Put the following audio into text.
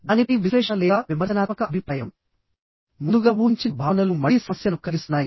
దాని పై విశ్లేషణ లేదా విమర్శనాత్మక అభిప్రాయం ముందుగా ఊహించిన భావనలు మళ్లీ సమస్యలను కలిగిస్తున్నాయి